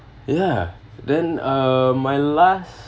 ya then uh my last